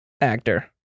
actor